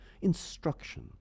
instruction